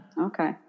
okay